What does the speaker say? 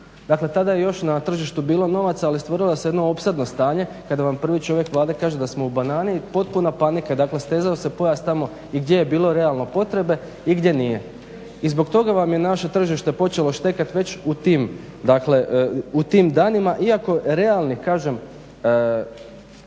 Dakle, tada je još na tržištu bilo novaca, ali stvorilo se jedno opsadno stanje kada vam prvi čovjek Vlade kaže da smo u banani i potpuna panika. Dakle, stezao se pojas tamo i gdje je bilo realno potrebe i gdje nije. I zbog toga vam je naše tržište počelo štekati već u tim danima iako realnih kažem razloga